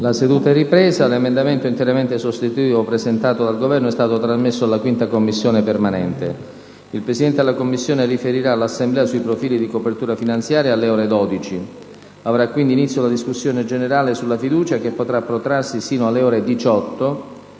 Onorevoli colleghi, l'emendamento interamente sostitutivo, presentato dal Governo, è stato trasmesso alla 5a Commissione permanente. Il Presidente della Commissione riferirà all'Assemblea sui profili di copertura finanziaria alle ore 12. Avrà quindi inizio la discussione sulla questione di fiducia, che potrà protrarsi fino alle ore 18,